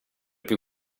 più